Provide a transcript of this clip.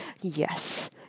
yes